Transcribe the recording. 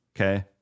okay